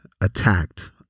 attacked